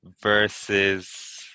Versus